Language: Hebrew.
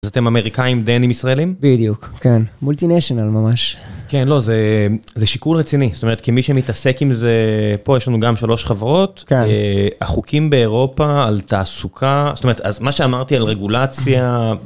אתם אמריקאים, דנים ישראלים? בדיוק, כן, מולטיניאשנל ממש. כן, לא, זה שיקול רציני, זאת אומרת, כמי שמתעסק עם זה, פה יש לנו גם שלוש חברות, החוקים באירופה, על תעסוקה, זאת אומרת, אז מה שאמרתי על רגולציה...